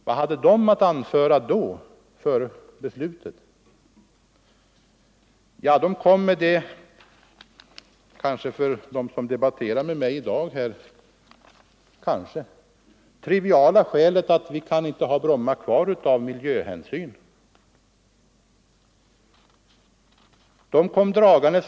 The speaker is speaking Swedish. Vad hade då den att anföra före beslutet? Ja, man kom med ett för mina meddebattörer i dag kanske trivialt skäl för nedläggningen av Bromma flygplats, nämligen hänsynen till miljön.